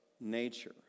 nature